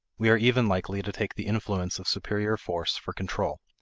we are even likely to take the influence of superior force for control,